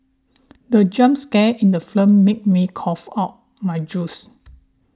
the jump scare in the film made me cough out my juice